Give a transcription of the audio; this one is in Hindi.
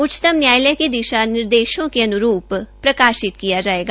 उच्चतम न्यायालय के दिशा निर्देशों के अन्रूप प्रकाशित किया जायेगा